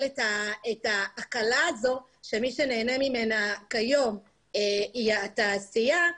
את ההקלה הזאת שמי שנהנה ממנה כיום היא התעשייה,